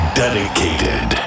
dedicated